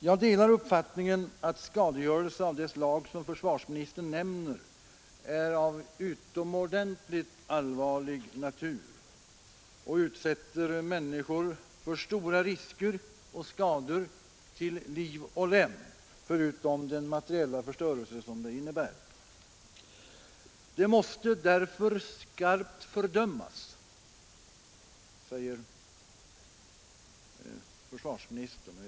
Jag delar uppfattningen att skadegörelse av det slag som försvarsministern nämner är av utomordentligt allvarlig natur och utsätter människor för stora risker och skador till liv och lem, förutom den materiella förstörelse som de innebär. Den måste därför skarpt fördömas, säger försvarsministern.